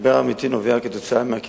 משבר אמיתי שנובע מהקיצוצים